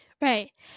Right